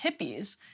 hippies